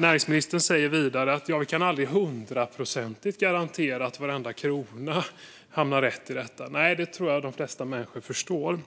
Näringsministern säger vidare att vi aldrig hundraprocentigt kan garantera att varenda krona hamnar rätt i detta. Nej, det tror jag att de flesta människor förstår.